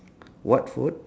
what food